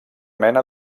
mena